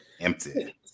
empty